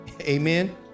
amen